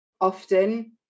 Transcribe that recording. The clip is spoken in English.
often